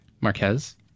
Marquez